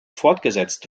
fortgesetzt